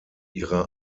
ihre